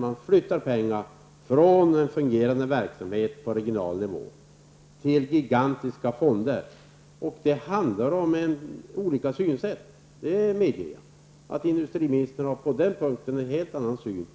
Man flyttar pengar från en fungerande verksamhet på regional nivå till gigantiska fonder. Jag medger att det handlar om olika synsätt. Industriministern har en helt annan syn än centern